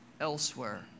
elsewhere